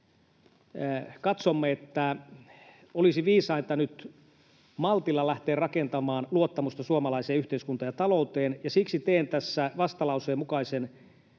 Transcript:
katsomme, että olisi viisainta nyt maltilla lähteä rakentamaan luottamusta suomalaiseen yhteiskuntaan ja talouteen, ja siksi teen tässä vastalauseen mukaisen